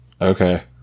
Okay